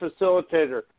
facilitator